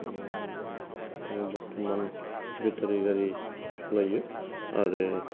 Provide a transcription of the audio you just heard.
आं बरतमान बेटारि गारि सालायो आरो